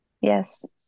Yes